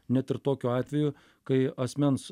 net ir tokiu atveju kai asmens